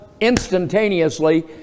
instantaneously